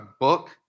book